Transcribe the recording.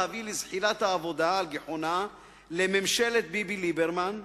להביא לזחילת העבודה על גחונה לממשלת ביבי-ליברמן.